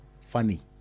funny